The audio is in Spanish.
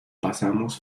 pasamos